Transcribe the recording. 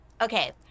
okay